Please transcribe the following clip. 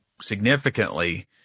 significantly